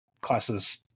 classes